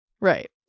Right